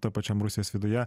tam pačiam rusijos viduje